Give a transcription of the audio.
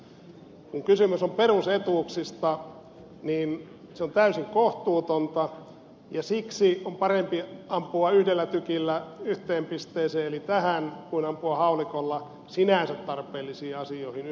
kun kysymys on perusetuuksista se on täysin kohtuutonta ja siksi on parempi ampua yhdellä tykillä yhteen pisteeseen eli tähän kuin ampua haulikolla sinänsä tarpeellisiin asioihin yltympäriinsä